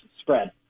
spread